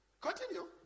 Continue